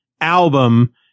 album